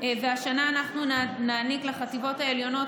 והשנה אנחנו נעניק לחטיבות העליונות